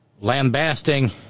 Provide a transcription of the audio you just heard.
lambasting